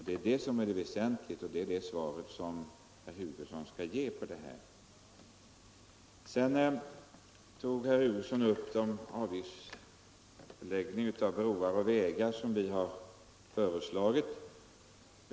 Det är detta som är väsentligt, och det är på den punkten herr Hugosson skall ge ett svar. som vi har föreslagit.